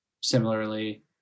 similarly